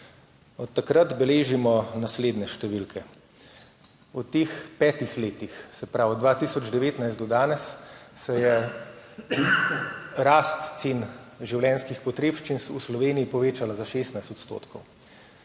Od takrat beležimo naslednje številke. V teh petih letih, se pravi od 2019 do danes, se je rast cen življenjskih potrebščin v Sloveniji povečala za 16 %,